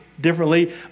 differently